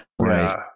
Right